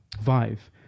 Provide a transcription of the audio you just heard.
Vive